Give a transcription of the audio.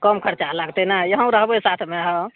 कम खर्चा लागतय ने यहुँ रहबय साथमे हँ